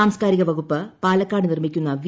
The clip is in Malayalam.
സാംസ്കാരിക വകുപ്പ് പാലക്കാട് നിർമിക്കുന്ന വി